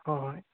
ꯍꯣꯏ ꯍꯣꯏ